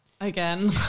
again